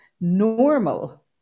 normal